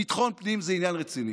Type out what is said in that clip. ביטחון פנים זה עניין רציני.